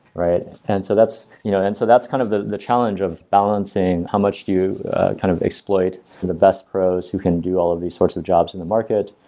right? and so that's you know and so that's kind of the the challenge of balancing how much you kind of exploit the best pros who can do all of these sorts of jobs in the market,